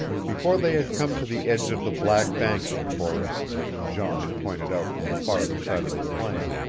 before they had come to the edge of the black banskian forest which jean had pointed out from the farther side of the plain,